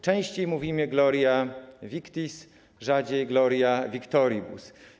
Częściej mówimy gloria victis, rzadziej gloria victoribus.